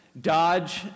Dodge